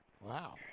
Wow